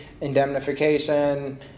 indemnification